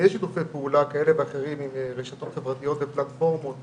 יש שיתופי פעולה כאלה ואחרים עם רשתות חברתיות ופלטפורמות